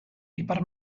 ipar